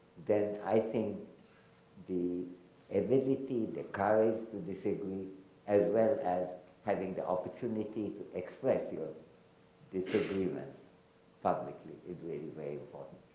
then i think the ability, the courage to disagree as well as having the opportunity to express your disagreements publicly is really very